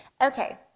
Okay